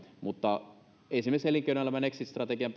mutta esimerkiksi elinkeinoelämän exit strategian